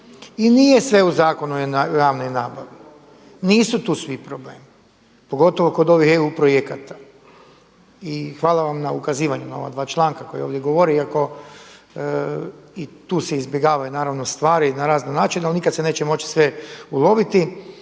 I nije sve u Zakonu o javnoj nabavi, nisu tu svi problemi pogotovo kod ovih EU projekata. I hvala vam na ukazivanju na ova dva članka koja ovdje govore iako i tu se izbjegavaju naravno stvari na razne načine ali nikad se neće moći sve uloviti.